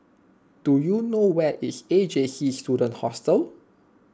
do you know where is A J C Student Hostel